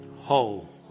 whole